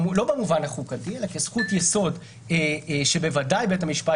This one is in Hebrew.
לא במובן החוקתי אלא כזכות-יסוד שבוודאי בית המשפט